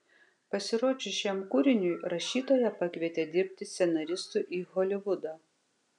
pasirodžius šiam kūriniui rašytoją pakvietė dirbti scenaristu į holivudą